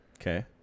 Okay